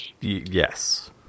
Yes